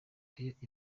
ariko